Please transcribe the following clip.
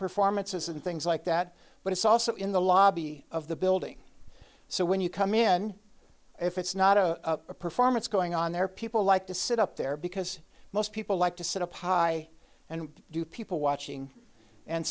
performances and things like that but it's also in the lobby of the building so when you come in if it's not a performance going on there people like to sit up there because most people like to sit upon i and do people watching and